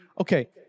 okay